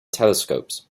telescopes